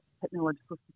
technological